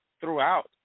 throughout